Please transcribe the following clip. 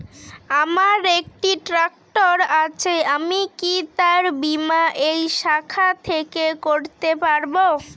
আমার একটি ট্র্যাক্টর আছে আমি কি তার বীমা এই শাখা থেকে করতে পারব?